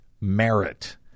merit